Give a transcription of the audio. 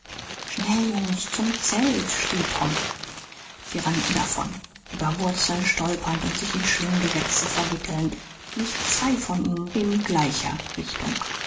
schnell jungens zum zelt schrie tom sie rannten davon über wurzeln stolpernd und sich in schlinggewächse verwickelnd nicht zwei von ihnen in gleicher richtung